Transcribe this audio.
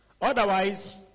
Otherwise